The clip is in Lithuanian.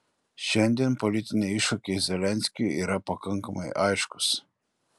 šiandien politiniai iššūkiai zelenskiui yra pakankamai aiškūs